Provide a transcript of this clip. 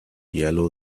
yellow